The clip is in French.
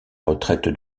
retraite